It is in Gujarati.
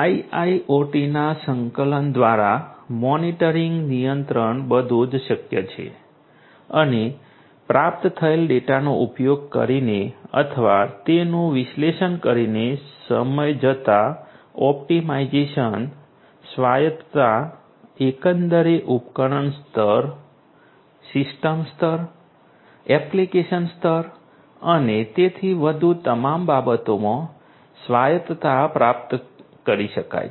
આઇઆઇઓટીના સંકલન દ્વારા મોનિટરિંગ નિયંત્રણ બધું જ શક્ય છે અને પ્રાપ્ત થયેલ ડેટાનો ઉપયોગ કરીને અથવા તેનું વિશ્લેષણ કરીને સમય જતાં ઑપ્ટિમાઇઝેશન સ્વાયત્તતા એકંદરે ઉપકરણ સ્તર સિસ્ટમ સ્તર એપ્લિકેશન સ્તર અને તેથી વધુ તમામ બાબતોમાં સ્વાયત્તતા પ્રાપ્ત કરી શકાય છે